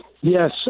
Yes